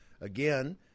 Again